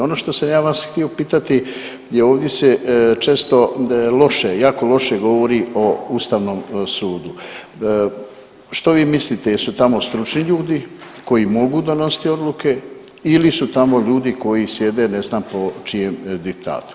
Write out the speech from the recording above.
Ono što sam ja vas htio pitati jer ovdje se često loše, jako loše govori o ustavnom sudu, što vi mislite jesu tamo stručni ljudi koji mogu donositi odluke ili su tamo ljudi koji sjede ne znam po čijem diktatu?